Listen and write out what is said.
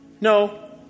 No